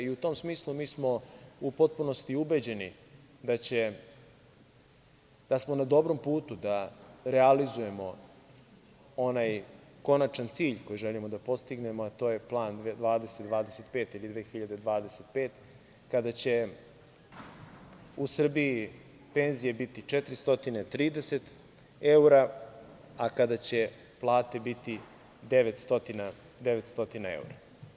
U tom smislu, mi smo u potpunosti ubeđeni da smo na dobrom putu da realizujemo onaj konačan cilj koji želimo da postignemo, a to je Plan 20/25 ili 2025, kada će u Srbiji penzije biti 430 evra, a kada će plate biti 900 evra.